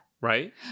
Right